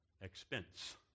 expense